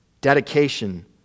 Dedication